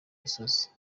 gisozi